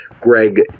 Greg